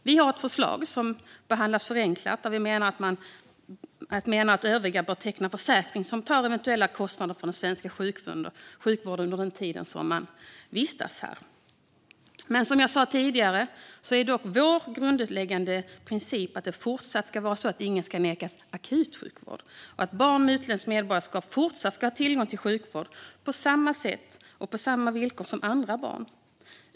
Vi har ett förslag, som behandlas förenklat, där vi menar att övriga bör teckna försäkring som tar eventuella kostnader för svensk sjukvård under den tid man vistas här. Som jag sa tidigare är dock vår grundläggande princip att det även i fortsättningen ska vara så att ingen ska nekas akutsjukvård. Barn med utländskt medborgarskap ska även de i fortsättningen ha tillgång till sjukvård på samma sätt och på samma villkor som andra barn.